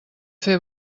fer